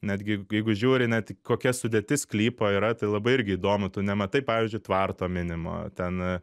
netgi jeigu žiūri net kokia sudėtis sklypo yra tai labai irgi įdomu tu nematai pavyzdžiui tvarto minimo ten